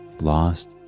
lost